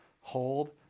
Hold